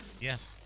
yes